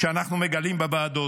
שאנחנו מגלים בוועדות,